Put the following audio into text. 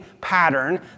pattern